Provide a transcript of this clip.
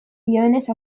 dioenez